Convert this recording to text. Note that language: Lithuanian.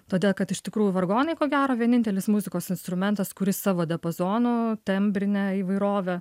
todėl kad iš tikrųjų vargonai ko gero vienintelis muzikos instrumentas kuris savo diapozono tembrine įvairove